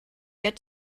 get